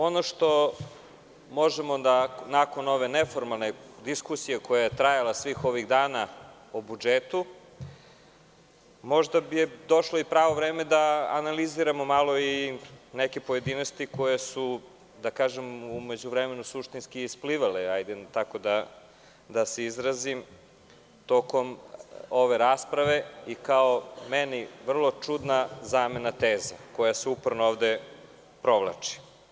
Ono što možemo da nakon ove neformalne diskusije koja je trajala svih ovih dana o budžetu kažemo je da je možda došlo i pravo vreme da analiziramo malo i neke pojedinosti koje su u međuvremenu suštinski isplivale, da se tako izrazim, tokom ove rasprave i kao meni vrlo čudna zamena teza koja se uporno ovde provlači.